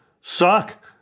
suck